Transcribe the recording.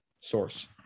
source